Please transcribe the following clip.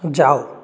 যাও